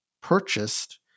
purchased